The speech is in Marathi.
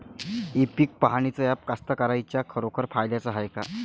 इ पीक पहानीचं ॲप कास्तकाराइच्या खरोखर फायद्याचं हाये का?